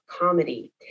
comedy